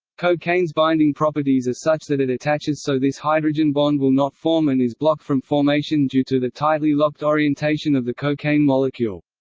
cocaine's binding properties are such that it attaches so this hydrogen bond will not form and is blocked from formation due to the tightly locked orientation of the cocaine molecule.